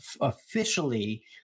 officially